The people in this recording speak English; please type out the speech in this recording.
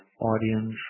audience